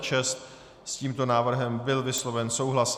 S tímto návrhem byl vysloven souhlas.